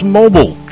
mobile